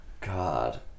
God